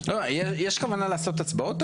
יש כוונה לעשות הצבעות?